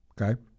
Okay